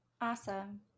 Awesome